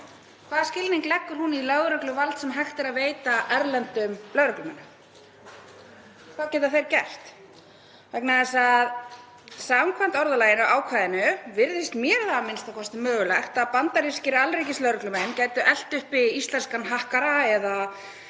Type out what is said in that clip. Hvaða skilning leggur hún í lögregluvald sem hægt er að veita erlendum lögreglumönnum? Hvað geta þeir gert? Samkvæmt orðalaginu í ákvæðinu virðist mér það a.m.k. mögulegt að bandarískir alríkislögreglumenn gætu elt uppi íslenskan hakkara eða